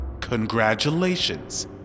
congratulations